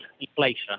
inflation